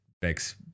bex